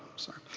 sorry.